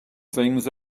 things